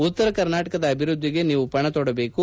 ಉತ್ತರ ಕರ್ನಾಟಕದ ಅಭಿವ್ಯದ್ದಿಗೆ ನೀವು ಪಣತೊಡಬೇಕು